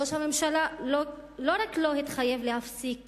ראש הממשלה לא רק לא התחייב להפסיק